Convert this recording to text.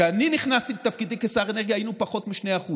כשאני נכנסתי לתפקידי כשר אנרגיה היינו בפחות מ-2%,